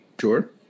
sure